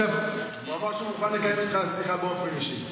הוא אמר שהוא מוכן לקיים איתך שיחה באופן אישי.